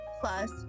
Plus